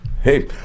Hey